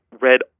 read